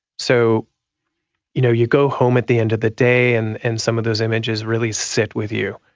so you know you go home at the end of the day and and some of those images really sit with you.